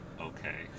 okay